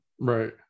right